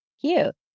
Cute